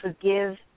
forgive